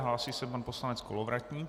Hlásí se pan poslanec Kolovratník.